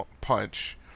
punch